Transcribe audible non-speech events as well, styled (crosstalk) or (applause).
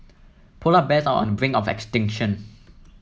polar bears are on the brink of extinction (noise)